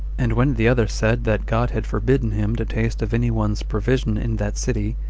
and when the other said that god had forbidden him to taste of any one's provision in that city,